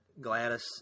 Gladys